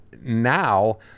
now